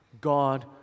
God